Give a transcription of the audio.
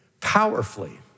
powerfully